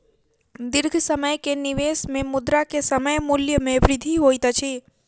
दीर्घ समय के निवेश में मुद्रा के समय मूल्य में वृद्धि होइत अछि